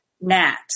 Nat